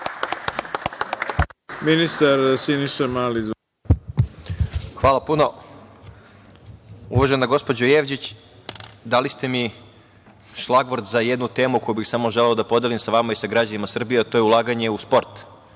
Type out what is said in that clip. Mali** Uvažena gospođo Jevđić, dali ste mi šlagvort za jednu temu koju bih samo želeo da podelim sa vama i sa građanima Srbije, a to je ulaganje u sport,